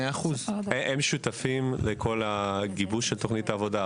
100%. הם שותפים לכל הגיבוש של תוכנית העבודה.